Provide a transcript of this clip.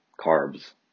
carbs